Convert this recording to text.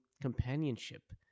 companionship